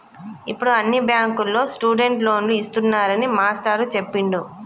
ఇప్పుడు అన్ని బ్యాంకుల్లో స్టూడెంట్ లోన్లు ఇస్తున్నారని మాస్టారు చెప్పిండు